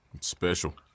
Special